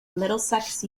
middlesex